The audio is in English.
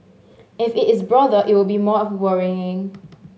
if it is broader it would be more of worrying